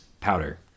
powder